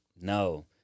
No